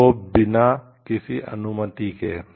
और वो भी बिना किसी अनुमति के